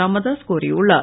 ராமதாஸ் கோரியுள்ளார்